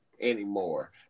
anymore